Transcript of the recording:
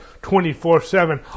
24/7